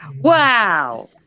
wow